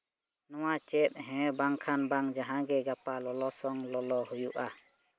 ᱱᱳᱣᱟ ᱪᱮᱫ ᱦᱮᱸ ᱵᱟᱝᱠᱷᱟᱱ ᱡᱟᱦᱟᱸᱜᱮ ᱜᱟᱯᱟ ᱞᱚᱞᱚ ᱥᱚᱝ ᱞᱚᱞᱚ ᱦᱳᱭᱳᱜᱼᱟ